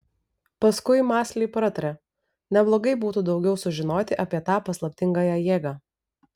paskui mąsliai pratarė neblogai būtų daugiau sužinoti apie tą paslaptingąją jėgą